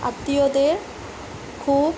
আত্মীয়দের খুব